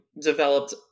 developed